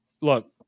look